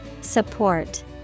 Support